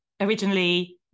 originally